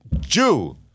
Jew